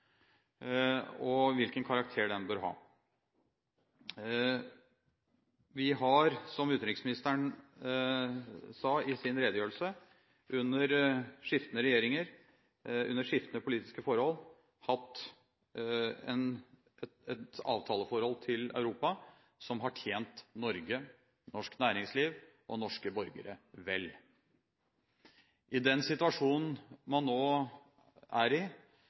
og riktig at vi har, og hvilken karakter den bør ha. Som utenriksministeren sa i sin redegjørelse, har vi – under skiftende regjeringer, under skiftende politiske forhold – hatt et avtaleforhold til Europa som har tjent Norge, norsk næringsliv og norske borgere vel. I den situasjonen man nå er i,